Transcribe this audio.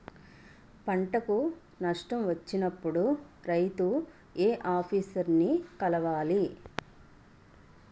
పంటకు నష్టం వచ్చినప్పుడు రైతు ఏ ఆఫీసర్ ని కలవాలి?